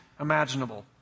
imaginable